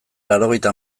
laurogeita